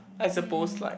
I suppose like